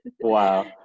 Wow